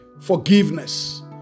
forgiveness